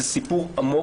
זה סיפור עמוק,